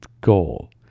goal